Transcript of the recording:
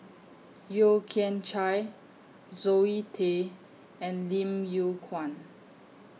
Yeo Kian Chai Zoe Tay and Lim Yew Kuan